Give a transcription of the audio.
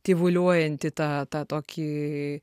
tyvuliuojantį tą tą tokį